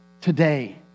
today